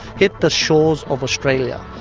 hit the shores of australia,